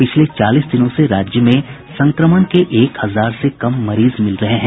पिछले चालीस दिनों से राज्य में संक्रमण के एक हजार से कम मरीज मिल रहे हैं